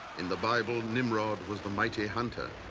in the bible, nimrod was the mighty hunter.